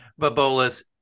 babolas